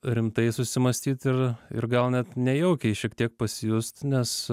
rimtai susimąstyt ir ir gal net nejaukiai šiek tiek pasijusti nes